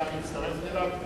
תצטער בשביל מפלגת העבודה.